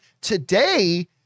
today